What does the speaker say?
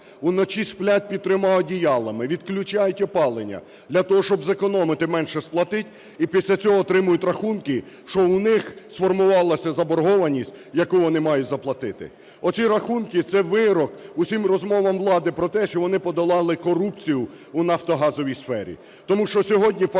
вночі сплять під трьома одіялами, відключають опалення для того, щоб зекономити, менше сплатити - і після цього отримують рахунки, що в них сформувалась заборгованість, яку вони мають заплатити. Оці рахунки – це вирок усім розмовам влади про те, що вони подолали корупцію у нафтогазовій сфері.